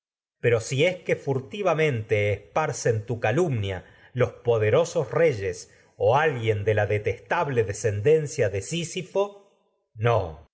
pero si los es que fux tivamente o cen tu calumnia poderosos reyes no alguien de la detestable descendencia de ocioso sísifo no